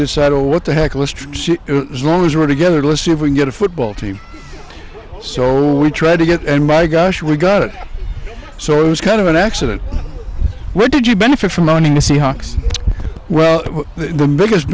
decided what the heck a list is long as we're together let's see if we get a football team so we try to get and by gosh we got it so it was kind of an accident where did you benefit from owning the seahawks well the biggest